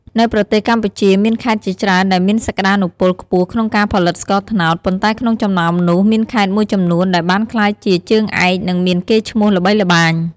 នៅប្រទេសកម្ពុជាមានខេត្តជាច្រើនដែលមានសក្ដានុពលខ្ពស់ក្នុងការផលិតស្ករត្នោត ប៉ុន្តែក្នុងចំណោមនោះ មានខេត្តមួយចំនួនដែលបានក្លាយជាជើងឯកនិងមានកេរ្តិ៍ឈ្មោះល្បីល្បាញ។